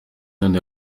donde